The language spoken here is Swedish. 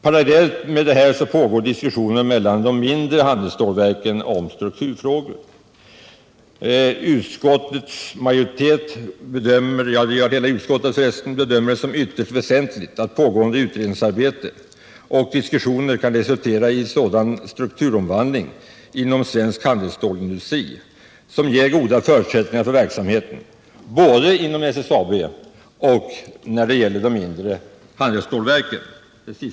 Parallellt härmed pågår diskussioner mellan de mindre handelsstålverken om strukturfrågor. Utskottet bedömer det såsom ytterst väsentligt att pågående utredningsarbete och diskussioner kan resultera i en sådan strukturomvandling inom svensk handelsstålsindustri som ger goda förutsättningar för verksamheten såväl inom SSAB som vid de mindre handelsstålverken.